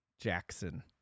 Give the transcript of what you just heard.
Jackson